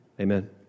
Amen